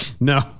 No